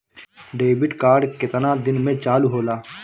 Debit card केतना दिन में चालु होला?